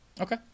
okay